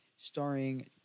Starring